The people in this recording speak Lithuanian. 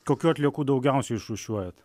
kokių atliekų daugiausiai išrūšiuojat